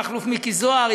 מכלוף מיקי זוהר,